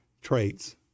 traits